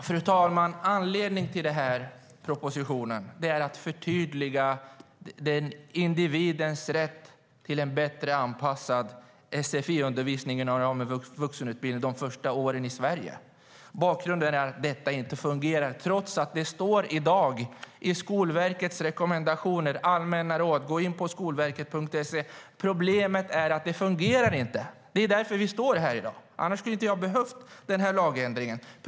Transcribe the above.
Fru talman! Anledningen till propositionen är att förtydliga individens rätt till en bättre anpassad sfi-undervisning inom ramen för vuxenutbildningen under de första åren i Sverige. Bakgrunden är att detta inte fungerar, trots att det i dag står i Skolverkets rekommendationer, Allmänna råd, på skolverket.se. Problemet är att det inte fungerar. Det är därför vi står här i dag. Annars skulle inte lagändringen ha behövts.